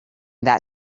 that